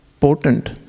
potent